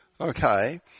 Okay